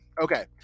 Okay